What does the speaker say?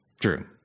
true